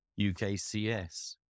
UKCS